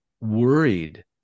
worried